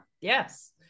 Yes